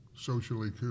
Socially